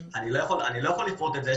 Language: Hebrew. אני לא יכול לפרוט את זה,